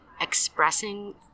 expressing